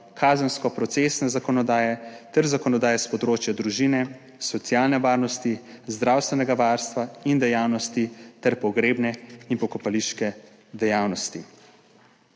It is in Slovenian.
kazensko procesne zakonodaje ter zakonodaje s področja družine, socialne varnosti, zdravstvenega varstva in dejavnosti ter pogrebne in pokopališke dejavnosti.